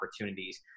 opportunities